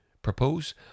Propose